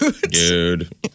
Dude